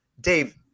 Dave